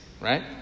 Right